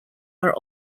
are